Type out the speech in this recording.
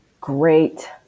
Great